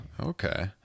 Okay